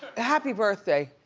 happy birthday,